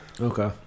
Okay